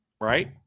right